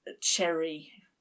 cherry